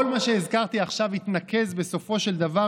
כל מה שהזכרתי עכשיו התנקז בסופו של דבר